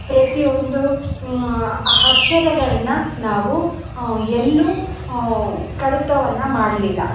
ಪ್ರತಿ ಒಂದು ಅಕ್ಷರಗಳ್ನ ನಾವು ಎಲ್ಲೂ ಕಡಿತವನ್ನು ಮಾಡಲಿಲ್ಲ